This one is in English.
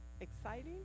exciting